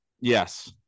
Yes